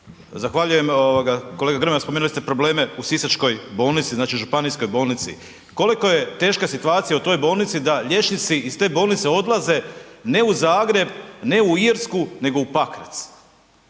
Zahvaljujem. Ovoga kolega Grmoja spomenuli ste probleme u sisačkoj bolnici, znači županijskoj bolnici. Koliko je teška situacija u toj bolnici da liječnici iz te bolnice odlaze ne u Zagreb, ne u Irsku, nego u Pakrac.